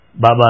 Baba